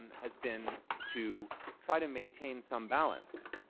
and has been to try to maintain some balance,